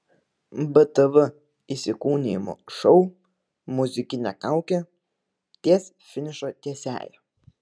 btv įsikūnijimų šou muzikinė kaukė ties finišo tiesiąja